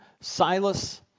Silas